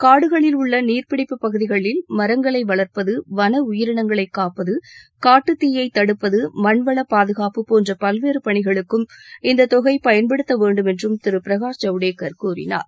காடுகளில் உள்ள நீர்பிடிப்பு பகுதிகளில் மரங்களை வளர்ப்பது வன உயிரினங்களை காப்பது காட்டுத்தீயை தடுப்பது மண்வளப்பாதுகாப்பு போன்ற பல்வேறு பணிகளுக்கும் இந்த தொகை பயன்படுத்தவேண்டும் என்றும் திரு பிரகாஷ் ஜவடேகர் கூறினார்